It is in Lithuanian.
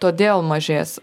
todėl mažės